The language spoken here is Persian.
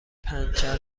پنچر